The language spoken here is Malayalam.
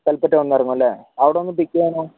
കൽപ്പറ്റ വന്നിറങ്ങും അല്ലേ അവിടെ വന്ന് പിക്ക് ചെയ്യാനോ